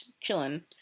chilling